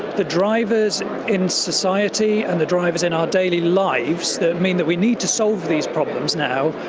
the drivers in society and the drivers in our daily lives that mean that we need to solve these problems now,